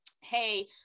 hey